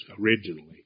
originally